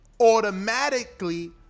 automatically